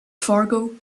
fargo